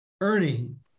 earning